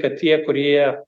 kad tie kurie